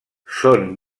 són